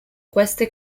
queste